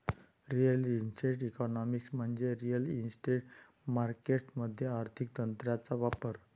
real estate economics म्हणजे real estate markets मध्ये आर्थिक तंत्रांचा वापर